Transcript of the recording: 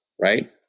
right